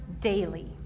daily